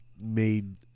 made